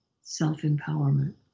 self-empowerment